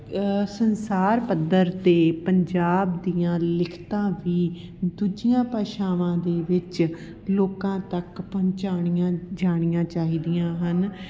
ਸੰਸਾਰ ਪੱਧਰ 'ਤੇ ਪੰਜਾਬ ਦੀਆਂ ਲਿਖਤਾਂ ਵੀ ਦੂਜੀਆਂ ਭਾਸ਼ਾਵਾਂ ਦੇ ਵਿੱਚ ਲੋਕਾਂ ਤੱਕ ਪਹੁੰਚਾਉਣੀਆਂ ਜਾਣੀਆਂ ਚਾਹੀਦੀਆਂ ਹਨ